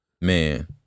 Man